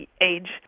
age